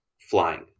flying